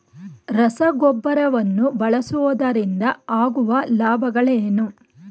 ರಸಗೊಬ್ಬರವನ್ನು ಬಳಸುವುದರಿಂದ ಆಗುವ ಲಾಭಗಳೇನು?